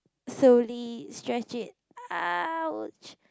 slowly stretch it ouch